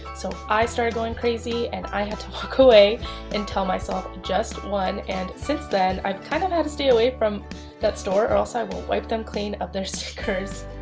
so i started going crazy and i had to walk away and tell myself just one. and since then, i've kind of had to stay away from that store or else i will wipe them clean of their stickers.